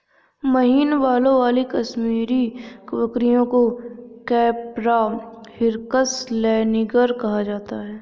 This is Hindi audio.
महीन बालों वाली कश्मीरी बकरियों को कैपरा हिरकस लैनिगर कहा जाता है